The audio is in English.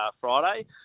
Friday